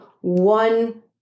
one